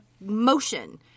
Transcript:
motion